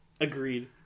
agreed